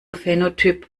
phänotyp